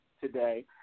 today